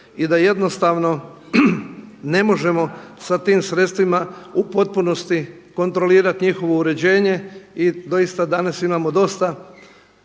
i da jednostavno ne možemo sa tim sredstvima u potpunosti kontrolirati njihovo uređenje. I doista danas imamo dosta